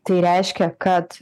tai reiškia kad